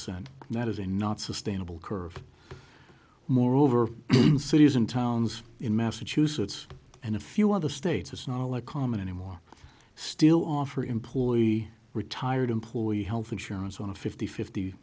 percent that is a not sustainable curve moreover in cities and towns in massachusetts and a few other states it's not like common anymore still offer employee retired employee health insurance on a fifty fifty